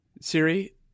Siri